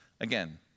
again